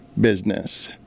business